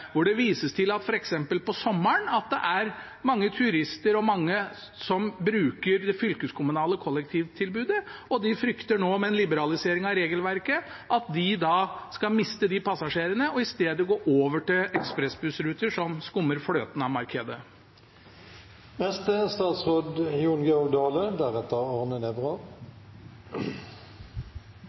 vises det til at f.eks. på sommeren er det mange turister og andre som bruker det fylkeskommunale kollektivtilbudet, og de frykter nå med en liberalisering av regelverket at de skal miste de passasjerene, at de i stedet går over til ekspressbussruter som skummer fløten av markedet.